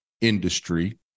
industry